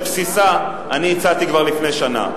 את בסיסה אני הצעתי כבר לפני שנה,